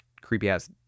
creepy-ass